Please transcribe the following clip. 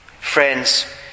Friends